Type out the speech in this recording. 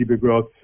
growth